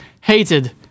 hated